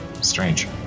strange